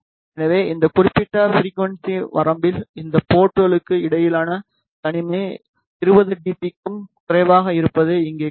எனவே இந்த குறிப்பிட்ட ஃபிரிக்குவன்ஸி வரம்பில் இந்த போர்ட்களுக்கு இடையிலான தனிமை 20 டி பி க்கும் குறைவாக இருப்பதை இங்கே காணலாம்